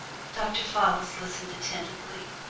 dr. fallis listened attentively.